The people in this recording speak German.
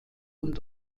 und